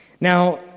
Now